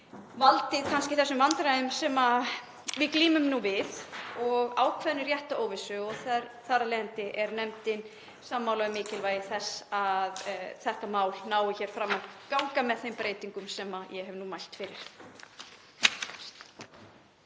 valdið þessum vandræðum sem við glímum nú við og ákveðinni réttaróvissu og þar af leiðandi er nefndin sammála um mikilvægi þess að þetta mál nái hér fram að ganga með þeim breytingum sem ég hef nú mælt fyrir.